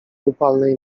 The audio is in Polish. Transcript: upalnej